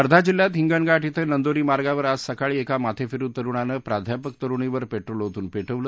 वर्धा जिल्ह्यात हिंगणघाट इथं नंदोरी मार्गावर आज सकाळी एका माथेफिरू तरुणानं प्राध्यापक तरूणीवर पेट्रोल ओतून पेटवलं